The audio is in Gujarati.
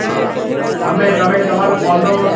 હા તમે તમે તમારા ફોનનો